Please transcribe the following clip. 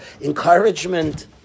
Encouragement